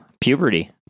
Puberty